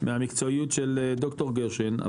מהמקצועיות של ד"ר גושן,